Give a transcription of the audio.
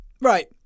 Right